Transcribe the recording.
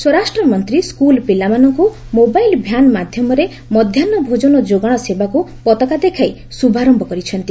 ସ୍ୱରାଷ୍ଟ୍ରମନ୍ତ୍ରୀ ସ୍କୁଲ ପିଲାମାନଙ୍କୁ mobile van ମାଧ୍ୟମରେ ମଧ୍ୟାହ୍ନ ଭୋଜନ ଯୋଗାଶ ସେବାକୁ ପତାକା ଦେଖାଇ ଶୁଭାରୟ କରିଛନ୍ତି